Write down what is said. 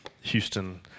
Houston